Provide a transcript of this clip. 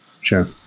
Sure